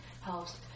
helps